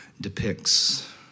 depicts